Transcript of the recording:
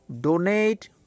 Donate